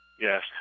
Yes